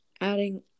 adding